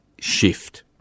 shift